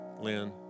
Lynn